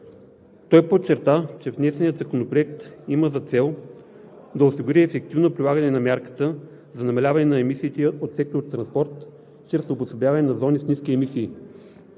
Той подчерта, че внесеният Законопроект има за цел да осигури ефективно прилагане на мярката за намаляване на емисиите от сектор транспорт чрез обособяване на зони с ниски емисии.